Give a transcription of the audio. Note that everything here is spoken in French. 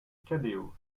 cadéot